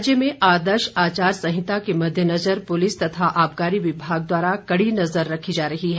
राज्य में आर्दश आचार संहिता के मद्देनज़र पुलिस तथा आबाकारी विभाग द्वारा कड़ी नज़र रखी जा रही है